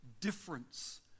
difference